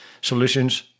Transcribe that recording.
solutions